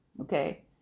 Okay